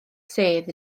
sedd